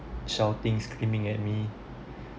shouting screaming at me